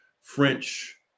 French